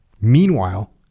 meanwhile